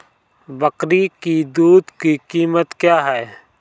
बकरी की दूध की कीमत क्या है?